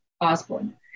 Osborne